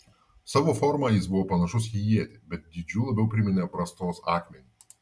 savo forma jis buvo panašus į ietį bet dydžiu labiau priminė brastos akmenį